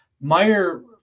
Meyer